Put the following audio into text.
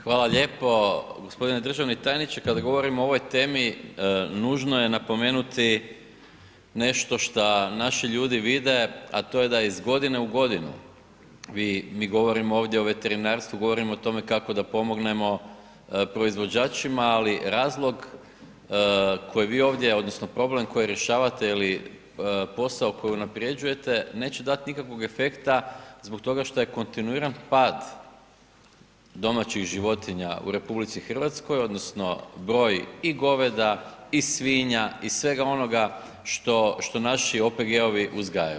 Hvala lijepo gospodine državni tajniče, kada govorimo o ovoj temi, nužno je napomenuti nešto što naši ljudi vide, a to je da iz godine u godinu, mi govorimo ovdje o veterinarstvu, govorimo o tome, kako da pomognemo proizvođačima, ali razlog, koji vi ovdje, odnosno, problem, koji rješavate ili posao koji unaprjeđujete, neće dati nikakvog efekta, zbog toga što je kontinuiran pad domaćih životinja u RH, odnosno, broj i goveda i svinja i svega onoga što naši OPG-ovi uzgajaju.